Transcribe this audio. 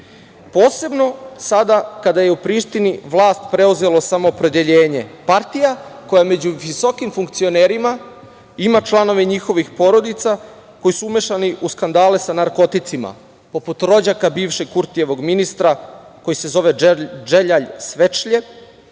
posebno sada kada je u Prištini vlast preuzelo Samoopredeljenje, partija koja među visokim funkcionerima ima članove njihovih porodica koji su umešani u skandale sa narkoticima, poput rođaka bivšeg Kurtijevog ministra koji se zove Dželjalj Svečljev,